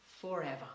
forever